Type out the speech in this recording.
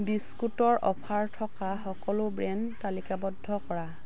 বিস্কুটৰ অ'ফাৰ থকা সকলো ব্ৰেণ্ড তালিকাবদ্ধ কৰা